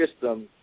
system